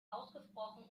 ausgesprochen